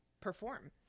perform